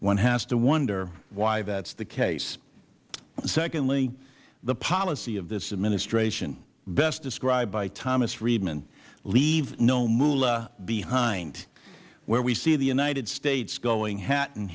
one has to wonder why that is the case secondly the policy of this administration best described by thomas friedman leave no moolah behind where we see the united states going hat in